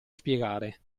spiegare